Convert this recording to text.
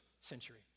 century